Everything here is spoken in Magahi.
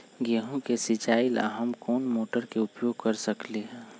गेंहू के सिचाई ला हम कोंन मोटर के उपयोग कर सकली ह?